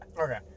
Okay